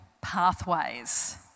pathways